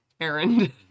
errand